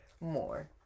More